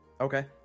Okay